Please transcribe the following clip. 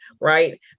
right